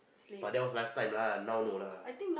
but was last time lah now no lah